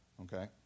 Okay